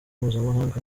mpuzamahanga